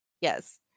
Yes